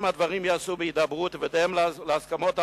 אם הדברים ייעשו בהידברות ובהתאם להסכמות האמורות,